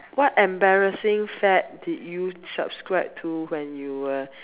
what embarrassing fad did you subscribe to when you were